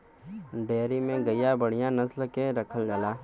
dairy में गइया बढ़िया नसल के रखल जाला